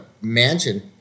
mansion